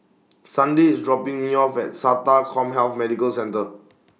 Sunday IS dropping Me off At Sata Commhealth Medical Centre